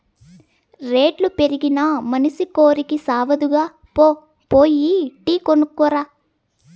రేట్లు పెరిగినా మనసి కోరికి సావదుగా, పో పోయి టీ కొనుక్కు రా